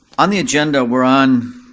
on the agenda, we're on,